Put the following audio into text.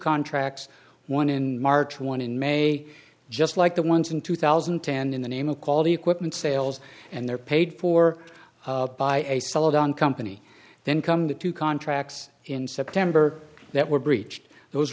contracts one in march one in may just like the ones in two thousand and ten in the name of quality equipment sales and they're paid for by a slowdown company then come the two contracts in september that were breached those